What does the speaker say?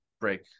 break